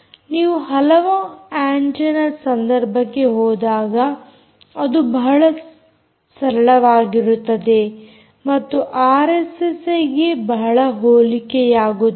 ನೀವು ಹಲವು ಆಂಟೆನ್ನ ಸಂದರ್ಭಕ್ಕೆ ಹೋದಾಗ ಅದು ಬಹಳ ಸರಳವಾಗಿರುತ್ತದೆ ಮತ್ತು ಆರ್ಎಸ್ಎಸ್ಐಗೆ ಬಹಳ ಹೋಲಿಕೆಯಾಗುತ್ತದೆ